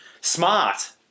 smart